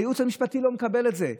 הייעוץ המשפטי לא מקבל את זה.